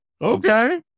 Okay